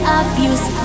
abuse